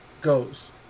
goes